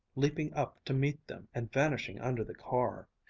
leaping up to meet them, and vanishing under the car.